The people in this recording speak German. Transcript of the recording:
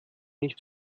nicht